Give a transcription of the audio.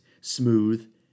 smooth